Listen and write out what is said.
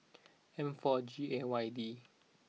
M four G A Y D